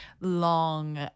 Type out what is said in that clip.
long